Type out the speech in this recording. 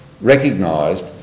recognised